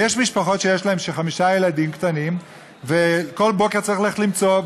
ויש משפחות שיש להן חמישה ילדים קטנים וכל בוקר צריך ללכת למצוא,